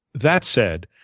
that said,